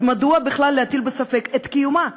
אז מדוע בכלל להטיל ספק בקיומה?